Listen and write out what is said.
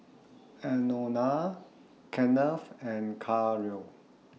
Anona Kenneth and